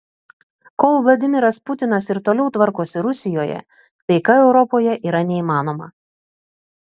kol vladimiras putinas ir toliau tvarkosi rusijoje taika europoje yra neįmanoma